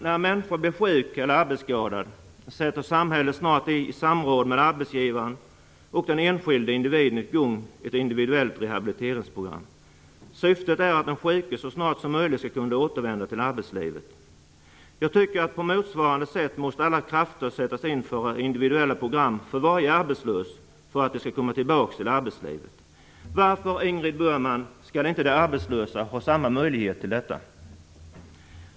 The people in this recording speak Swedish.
När en människa blir sjuk eller arbetsskadad sätter samhället snart i samråd med arbetsgivaren och den enskilde individen i gång ett individuellt rehabiliteringsprogram. Syftet är att den sjuke så snart som möjligt skall kunna återvända till arbetslivet. Jag tycker att alla krafter på motsvarande sätt måste sättas in för individuella program för varje arbetslös för att de skall komma tillbaka till arbetslivet. Varför, Ingrid Burman, skall inte de arbetslösa ha samma möjligheter till detta?